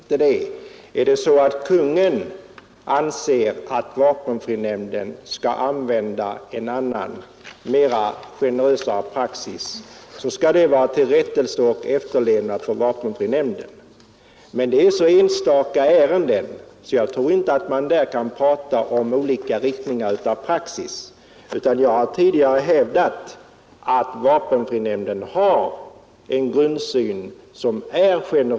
Herr talman! Nej, jag bestrider inte det. Om Kungl. Maj:t anser att vapenfrinämnden skall tillämpa en mer generös praxis skall det lända till efterrättelse och efterlevnad hos vapenfrinämnden. Men det gäller så enstaka ärenden att jag inte tror att man kan tala om en annan praxis. Jag har tidigare hävdat att vapenfrinämnden har en generös grundsyn.